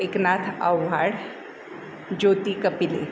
Eknath Avhad Jyoti Kapile